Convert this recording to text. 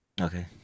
okay